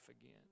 again